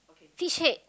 fish head